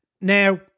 Now